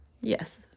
Yes